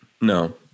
No